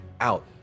out